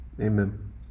amen